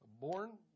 born